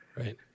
Right